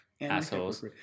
assholes